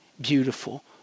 beautiful